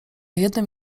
jednym